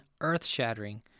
earth-shattering